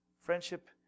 Friendship